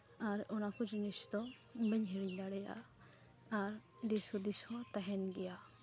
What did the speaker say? ᱟᱨ ᱚᱱᱟᱠᱚ ᱡᱤᱱᱤᱥ ᱫᱚ ᱵᱟᱹᱧ ᱦᱤᱲᱤᱧ ᱫᱟᱲᱮᱭᱟᱜᱼᱟ ᱟᱨ ᱫᱤᱥ ᱦᱩᱫᱤᱥ ᱦᱚᱸ ᱛᱟᱦᱮᱱ ᱜᱮᱭᱟ